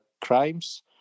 crimes